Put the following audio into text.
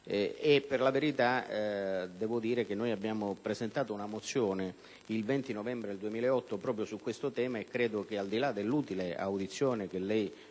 Per la verità, noi abbiamo presentato una mozione, il 20 novembre 2008, proprio su questo tema e credo che, al di là dell'utile audizione che lei